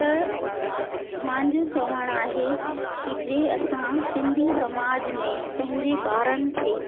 त मुंहिंजो चवणु आहे की जीअं असां सिंधी समाज में पंहिंजे ॿारनि खे